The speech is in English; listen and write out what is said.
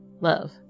love